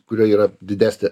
kurioj yra didesnė